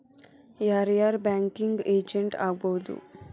ಯಾರ್ ಯಾರ್ banking agent ಆಗ್ಬಹುದು?